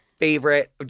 Favorite